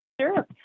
Sure